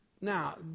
Now